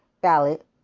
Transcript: ballot